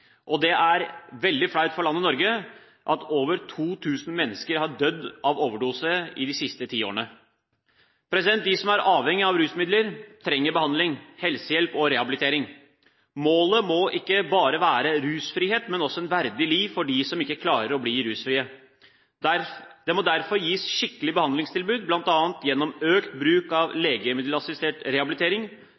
og det er veldig flaut for landet Norge at over 2 000 mennesker har dødd av overdose de siste ti årene. De som er avhengig av rusmidler, trenger behandling, helsehjelp og rehabilitering. Målet må ikke bare være rusfrihet, men også et verdig liv for dem som ikke klarer å bli rusfrie. Det må derfor gis skikkelige behandlingstilbud, bl.a. gjennom økt bruk av legemiddelassistert rehabilitering,